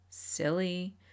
Silly